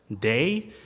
day